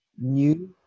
new